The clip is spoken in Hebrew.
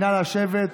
נא לשבת.